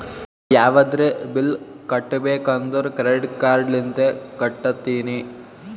ನಾ ಯಾವದ್ರೆ ಬಿಲ್ ಕಟ್ಟಬೇಕ್ ಅಂದುರ್ ಕ್ರೆಡಿಟ್ ಕಾರ್ಡ್ ಲಿಂತೆ ಕಟ್ಟತ್ತಿನಿ